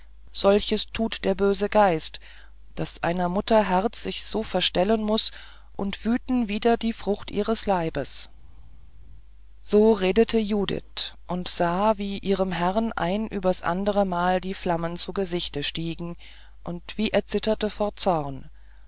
solches tut der böse geist daß einer mutter herz sich so verstellen muß und wüten wider die frucht ihres leibes so redete judith und sah wie ihrem herrn ein übers andere mal die flammen zu gesichte stiegen und wie er zitterte vor zorn